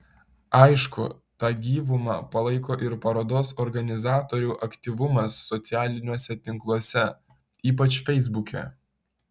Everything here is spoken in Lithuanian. aišku tą gyvumą palaiko ir parodos organizatorių aktyvumas socialiniuose tinkluose ypač feisbuke